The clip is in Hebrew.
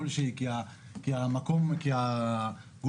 אם אנחנו רוצים באמת להכניס תחרות כלשהי ואם יצרן יאמר